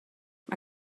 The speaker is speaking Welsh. mae